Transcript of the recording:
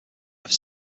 have